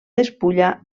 despulla